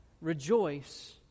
rejoice